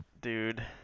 dude